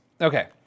Okay